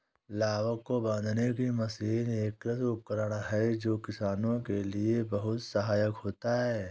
लावक को बांधने की मशीन एक कृषि उपकरण है जो किसानों के लिए बहुत सहायक होता है